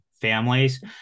families